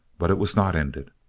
but it was not ended!